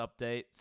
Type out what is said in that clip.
updates